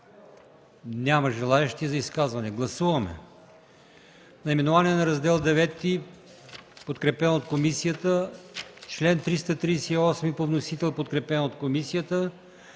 Няма желаещи за изказвания. Гласуваме наименованието на Раздел ІХ, подкрепено от комисията; чл. 338 по вносител, подкрепен от комисията;